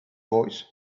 boys